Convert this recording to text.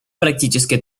практической